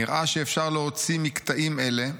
"נראה שאפשר להוציא מקטעים אלה,